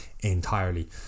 entirely